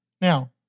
Now